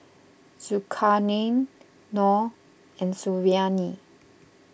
Zulkarnain Noh and Suriani